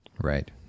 Right